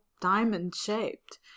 diamond-shaped